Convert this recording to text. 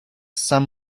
saint